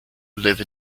live